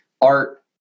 art